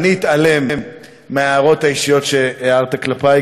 אני אתעלם מההערות האישיות שהערת כלפי,